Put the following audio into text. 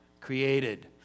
created